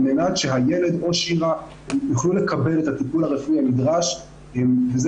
על מנת שהילד או שירה יוכלו לקבל את הטיפול הרפואי הנדרש וזה